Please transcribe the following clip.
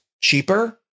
cheaper